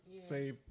say